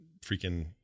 freaking